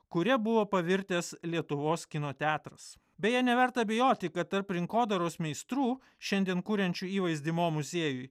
kuria buvo pavirtęs lietuvos kino teatras beje neverta abejoti kad tarp rinkodaros meistrų šiandien kuriančių įvaizdį mo muziejui